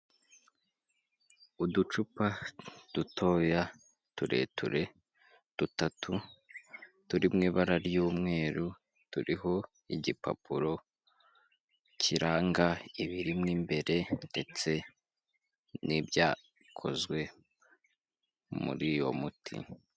Uducupa dutoya tureture dutatu turi mu ibara ry'umweru, turiho igipapuro kiranga ibirimo imbere ndetse n'ibyakozwe muri uwo muti.